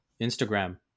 Instagram